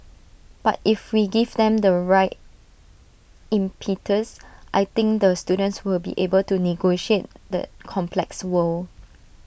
but if we give them the right impetus I think the students will be able to negotiate the complex world